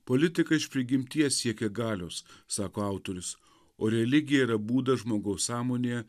politikai iš prigimties siekia galios sako autorius o religija yra būdas žmogaus sąmonėje